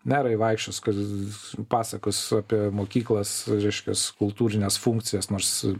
merai vaikščios kas pasakos apie mokyklas reiškias kultūrines funkcijas nors